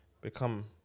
become